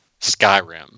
Skyrim